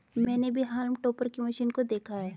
मैंने भी haulm topper की मशीन को देखा है